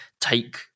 take